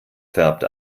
färbt